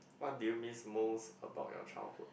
what do you miss most about your childhood